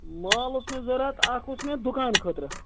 مال اوس مےٚ ضوٚرتھ اَکھ اوس مےٚ دُکان خٲطرٕ